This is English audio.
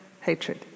hatred